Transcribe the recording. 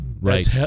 Right